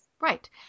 Right